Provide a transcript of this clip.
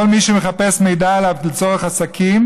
כל מי שמחפש מידע עליו לצורך עסקים